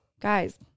guys